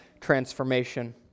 transformation